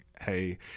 hey